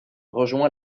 rejoint